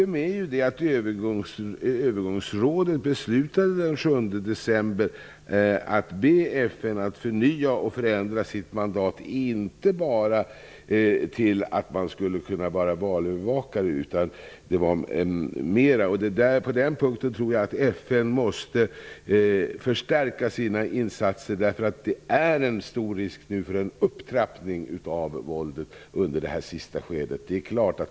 Det är ett faktum att övergångsrådet den 7 december beslutade att be FN att förnya och förändra sitt mandat till att inte bara vara valövervakare. Jag tror att FN måste förstärka sina insatser på den punkten. Det finns en stor risk för en upptrappning av våldet under det sista skedet.